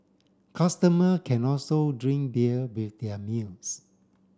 customer can also drink beer with their meals